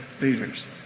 leaders